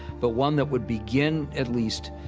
but one that would begin, at least,